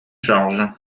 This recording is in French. charge